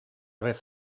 vez